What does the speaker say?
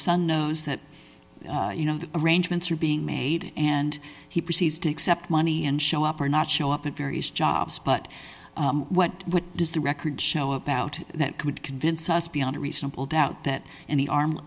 son knows that you know the rain events are being made and he proceeds to accept money and show up or not show up at various jobs but what does the record show about that could convince us beyond a reasonable doubt that any arm